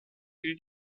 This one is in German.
fiel